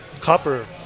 copper